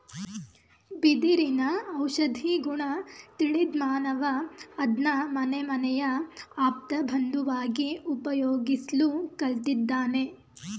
ಬಿದಿರಿನ ಔಷಧೀಗುಣ ತಿಳಿದ್ಮಾನವ ಅದ್ನ ಮನೆಮನೆಯ ಆಪ್ತಬಂಧುವಾಗಿ ಉಪಯೋಗಿಸ್ಲು ಕಲ್ತಿದ್ದಾನೆ